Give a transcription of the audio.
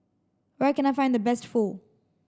where can I find the best Pho